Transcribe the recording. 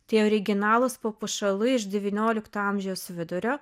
tie originalūs papuošalai iš devyniolikto amžiaus vidurio